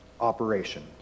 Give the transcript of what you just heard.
operation